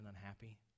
unhappy